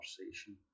conversation